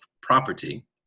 property